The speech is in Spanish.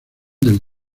del